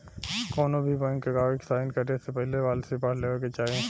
कौनोभी बैंक के कागज़ साइन करे से पहले पॉलिसी पढ़ लेवे के चाही